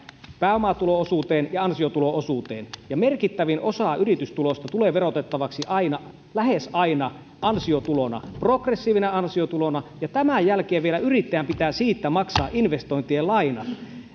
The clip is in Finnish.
pääomatulo osuuteen ja ansiotulo osuuteen ja merkittävin osa yritystulosta tulee verotettavaksi lähes aina ansiotulona progressiivisena ansiotulona ja tämän jälkeen vielä yrittäjän pitää siitä maksaa investointien laina